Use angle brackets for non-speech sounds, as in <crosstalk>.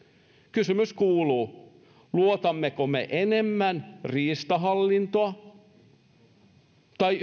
kysymys kuuluu luotammeko me enemmän riistahallintoon vai <unintelligible>